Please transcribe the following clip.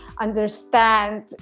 understand